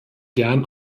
gern